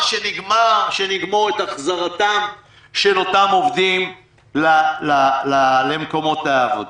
שנגמור את החזרתם של אותם עובדים למקומות העבודה.